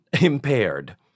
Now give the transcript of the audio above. impaired